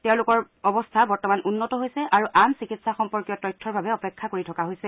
তেওঁলোকৰ অৱস্থা বৰ্তমান উন্নত হৈছে আৰু আন চিকিৎসা সম্পৰ্কীয় তথ্যৰ বাবে অপেক্ষা কৰি থকা হৈছে